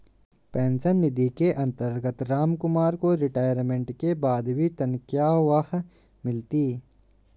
pension निधि के अंतर्गत रामकुमार को रिटायरमेंट के बाद भी तनख्वाह मिलती